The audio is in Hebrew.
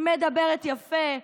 היא מדברת יפה,